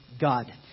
God